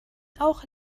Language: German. auch